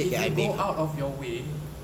if you go out of your way